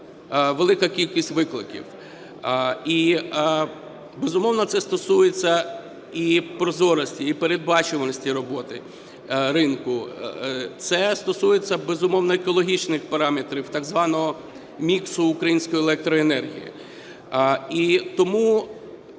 велика кількість викликів. І, безумовно, це стосується і прозорості, і передбачуваності роботи ринку. Це стосується, безумовно, екологічних параметрів, так званого міксу української електроенергії.